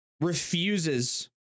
refuses